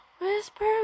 whisper